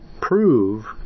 prove